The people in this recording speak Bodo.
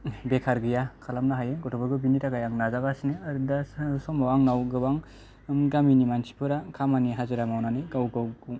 बेकार गैया खालामनोहायो गथफोरखौ बिनिथाखाय आं नाजागासिनो आरो दा समाव आंनाव गोबां गामिनि मानसिफोरा खामानि हाजिरा मावनानै गावगावखौ